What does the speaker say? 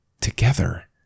together